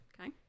Okay